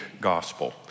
Gospel